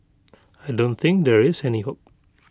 I don't think there is any hope